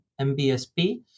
MBSP